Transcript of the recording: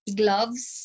gloves